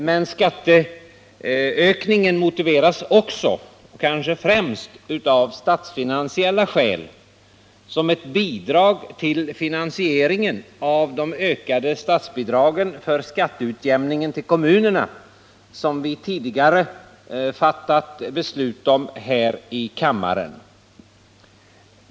Men skatteökningen motiveras kanske främst av statsfinansiella skäl — som ett bidrag till finansieringen av de ökade statsbidragen för skatteutjämningen till kommunerna, som vi tidigare fattat beslut om här i kammaren.